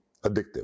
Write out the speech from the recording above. addictive